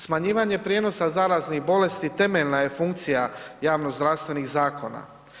Smanjivanje prijenosa zaraznih bolesti temeljna je funkcija javnozdravstvenih zakona.